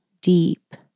deep